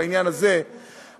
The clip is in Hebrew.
בעניין הזה,